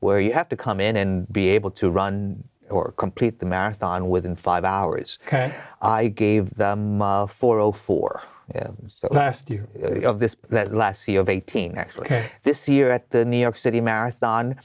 where you have to come in and be able to run or complete the marathon within five hours i gave four zero for the last year of this that lassie of eighteen actually this year at the new york city marathon